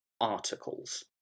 Articles